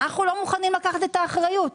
אנחנו לא מוכנים לקחת את האחריות.